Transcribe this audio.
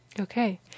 Okay